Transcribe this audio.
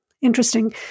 interesting